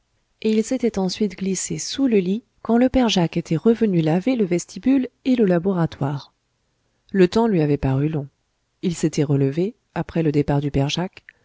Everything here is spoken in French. et il s'était ensuite glissé sous le lit quand le père jacques était revenu laver le vestibule et le laboratoire le temps lui avait paru long il s'était relevé après le départ du père jacques